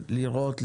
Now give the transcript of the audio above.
לראות,